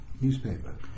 newspaper